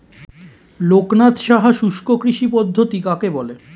লোকনাথ সাহা শুষ্ককৃষি পদ্ধতি কাকে বলে?